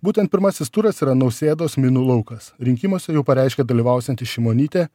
būtent pirmasis turas yra nausėdos minų laukas rinkimuose jau pareiškė dalyvausianti šimonytė